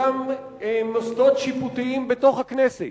אותם מוסדות שיפוטיים בתוך הכנסת,